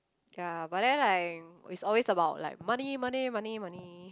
ya but then like it's always about like money money money money